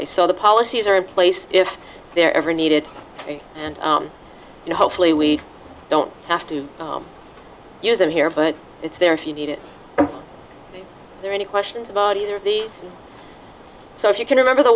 they saw the policies are in place if they're ever needed and you know hopefully we don't have to use them here but it's there if you need is there any questions about either of these so if you can remember the